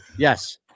Yes